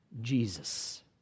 Jesus